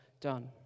done